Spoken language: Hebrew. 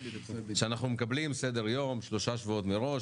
שאנחנו נקבל סדר יום שלושה שבועות מראש,